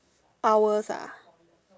hours ah